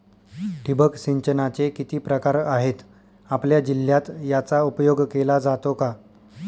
ठिबक सिंचनाचे किती प्रकार आहेत? आपल्या जिल्ह्यात याचा उपयोग केला जातो का?